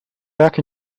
back